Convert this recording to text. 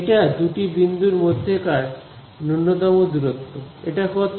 এটা দুটি বিন্দুর মধ্যে কার নূন্যতম দূরত্ব এটা কত